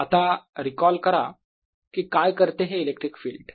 आता रीकॉल करा कि काय करते हे इलेक्ट्रिक फिल्ड